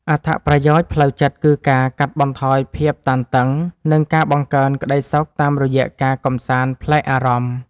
អត្ថប្រយោជន៍ផ្លូវចិត្តគឺការកាត់បន្ថយភាពតានតឹង និងការបង្កើនក្តីសុខតាមរយៈការកម្សាន្តប្លែកអារម្មណ៍។